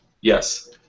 Yes